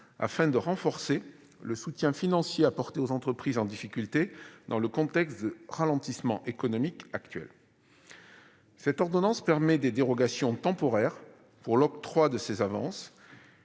afin de renforcer le soutien financier apporté aux entreprises en difficulté dans le contexte de ralentissement économique actuel. Cette ordonnance permet des dérogations temporaires pour l'octroi de ces avances,